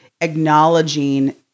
acknowledging